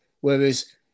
Whereas